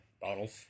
bottles